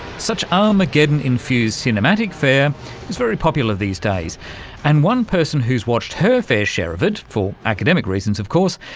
such armageddon-infused cinematic fare is very popular these days and one person who's watched her fair share of it, for academic reasons of course,